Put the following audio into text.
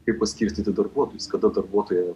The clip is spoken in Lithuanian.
kaip paskirstyti darbuotojus kada darbuotoją